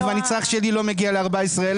והנצרך שלי לא מגיע ל-14,000.